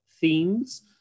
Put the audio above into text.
themes